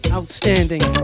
Outstanding